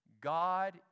God